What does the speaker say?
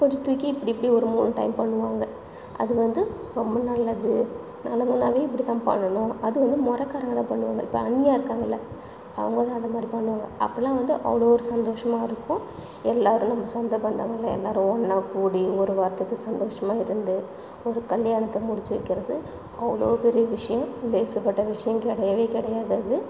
கொஞ்சம் தூக்கி இப்படி இப்படி ஒரு மூணு டைம் பண்ணுவாங்க அது வந்து ரொம்ப நல்லது நலங்குன்னாவே இப்படி தான் பண்ணணும் அது வந்து முறக்காறங்க தான் பண்ணுவாங்க இப்போ அண்ணியாக இருக்காங்கள்ல அவங்க தான் அத மாரி பண்ணுவாங்க அப்போல்லாம் வந்து அவ்வளோ ஒரு சந்தோஷமாக இருக்கும் எல்லாரும் நம்ம சொந்தபந்தம் எல்லாரும் ஒன்னாகக்கூடி ஒரு வாரத்துக்கு சந்தோஷமாக இருந்து ஒரு கல்யாணத்தை முடிச்சு வைக்கறது அவ்வளோ பெரிய விஷயம் லேசுப்பட்ட விஷயம் கிடையவே கிடையாது அது